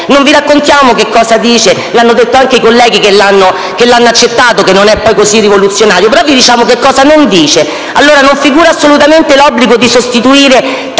Non vi raccontiamo che cosa dice (anche i colleghi che l'hanno accolto hanno detto che non è poi così rivoluzionario), però vi diciamo che cosa non dice. Non figura assolutamente l'obbligo di sostituire